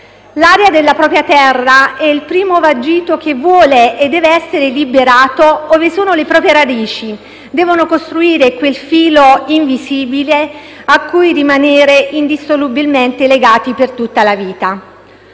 L'aria della propria terra e il primo vagito che vuole e deve essere liberato ove sono le proprie radici devono costituire quel filo invisibile a cui rimanere indissolubilmente legati per tutta la vita.